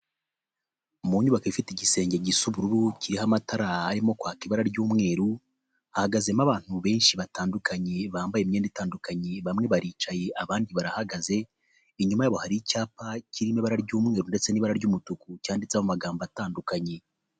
Mu nyubako ifite igisenge gisa ubururu kiriho amatara arimo kwaka ibara ry'umweru, hahagazemo abantu benshi batandukanye bambaye imyenda itandukanye, bamwe baricaye abandi barahagaze, inyuma yabo hari icyapa kirimo ibara ry'umweru ndetse n'ibara ry'umutuku cyanditseho amagambo atandukanye.